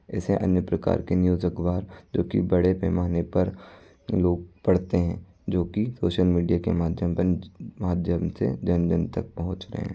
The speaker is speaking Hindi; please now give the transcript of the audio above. ऐसे अन्य प्रकार के न्यूज़ अखबार जो कि बड़े पैमाने पर लोग पढ़ते हैं जो कि सोशल मीडिया के माध्यम पर माध्यम से जन जन तक पहुँच रहे हैं